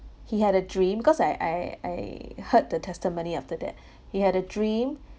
he had a dream because I I I heard the testimony after that he had a dream